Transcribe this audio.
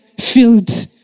filled